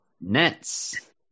Nets